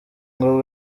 ngo